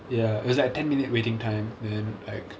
ya it was like ten minute waiting time and then like